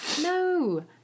No